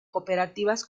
cooperativas